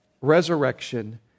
resurrection